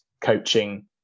coaching